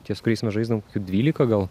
ties kuriais mes žaisdavom dvylika gal